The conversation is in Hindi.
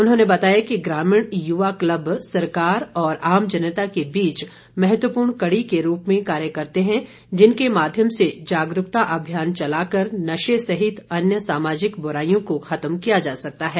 उन्होंने बताया कि ग्रामीण युवा क्लब सरकार और आम जनता के बीच महत्वपूर्ण कड़ी के रूप में कार्य करते हैं जिसके माध्यम से जागरूकता अभियान चला कर नशे सहित अन्य सामाजिक बुराईयों को खत्म किया जा सकता है